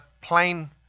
plain